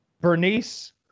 Bernice